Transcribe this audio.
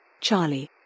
Charlie